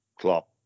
Klopp